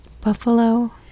buffalo